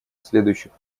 следующих